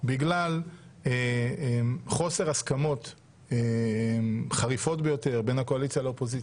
בגלל חוסר הסכמות חריפות ביותר בין הקואליציה לאופוזיציה,